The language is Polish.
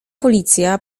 policja